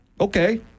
Okay